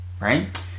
right